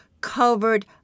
covered